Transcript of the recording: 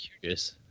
curious